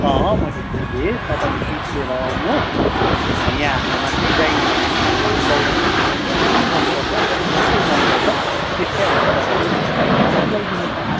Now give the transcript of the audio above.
अँ मैले बुझेँ तपाईँले पिस लिएर आउनुहोस् यहाँ हाम्रोमा डिजाइन छ थुप्रै ब्लाउजहरूको डिजाइन छ जुन मनपर्छ जस्तो मनपर्छ त्यस्तै हामी तपाईँकै लुगालाई सिलाइदिनेछौँ